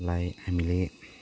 लाई हामीले